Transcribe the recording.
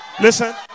Listen